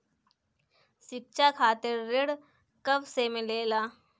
शिक्षा खातिर ऋण कब से मिलेला?